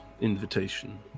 invitation